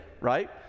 right